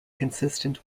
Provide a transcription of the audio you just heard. consistent